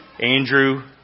andrew